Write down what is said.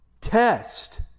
test